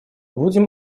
будем